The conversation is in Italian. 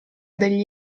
degli